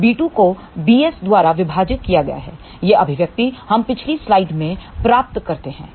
तो b2 को bs द्वारा विभाजित किया गया हैयह अभिव्यक्ति हम पिछली स्लाइड में प्राप्त करते हैं